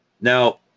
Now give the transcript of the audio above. Now